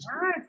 right